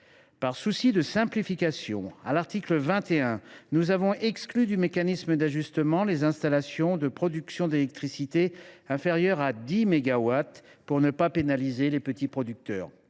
par souci de simplification, nous avons exclu du mécanisme d’ajustement les installations de production d’électricité inférieures à 10 mégawatts, pour ne pas pénaliser les petits producteurs.